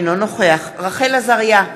אינו נוכח רחל עזריה,